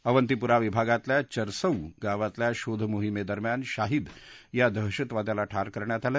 अवंतीपुरा विभागातल्या चुरसवु गावांतल्या शोध मोहिमेदरम्यान शाहीद या दहशतवाद्याला ठार करण्यात आलं